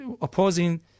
opposing